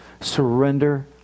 Surrender